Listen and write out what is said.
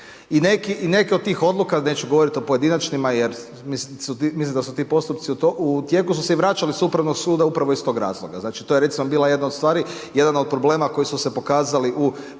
I neke od tih odluka, neću govoriti o pojedinačnima, jer mislim da su ti postupci u tijeku su se i vraćali sa suda upravo iz tog razloga. Znači to je recimo bila jedna od stvari, jedan od problema koji su se pokazali u